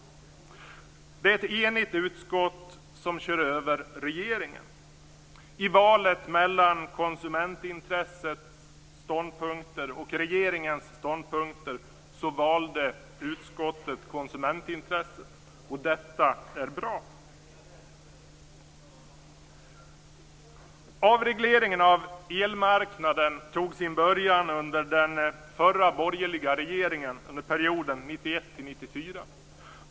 Det är ett enigt utskott som kör över regeringen. I valet mellan konsumentintressets ståndpunkter och regeringens ståndpunkter valde utskottet konsumentintresset. Detta är bra. Avregleringen av elmarknaden tog sin början under den förra borgerliga regeringen, under perioden 1991-1994.